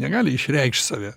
negali išreikšt save